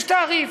יש תעריף.